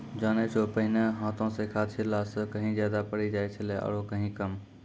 जानै छौ पहिने हाथों स खाद छिड़ला स कहीं ज्यादा पड़ी जाय छेलै आरो कहीं कम